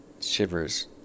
shivers